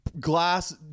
glass